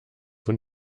von